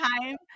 time